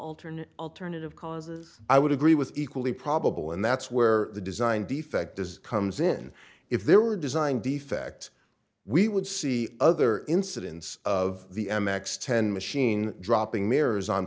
alternate alternative causes i would agree with equally probable and that's where the design defect is comes in if there were design defect we would see other incidents of the m x ten machine dropping mirrors on